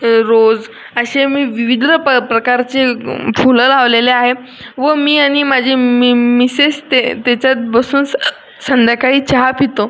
rose असे मी विविध प प्रकारचे फुलं लावलेले आहे व मी आणि माझी मी मिसेस ते तेच्यात बसूंस संध्याकाळी चहा पितो